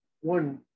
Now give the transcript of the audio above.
one